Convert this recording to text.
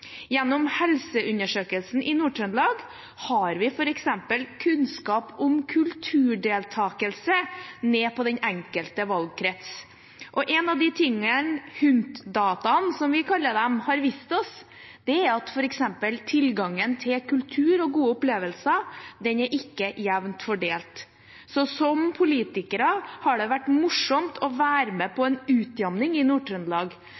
Gjennom Helseundersøkelsen i Nord-Trøndelag har vi f.eks. kunnskap om kulturdeltakelse ned på den enkelte valgkrets. En av de tingene HUNT-dataene, som vi kaller dem, har vist oss, er at f.eks. tilgangen til kultur og gode opplevelser ikke er jevnt fordelt. Så som politikere har det vært morsomt å være med på en utjevning i